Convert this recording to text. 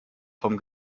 vom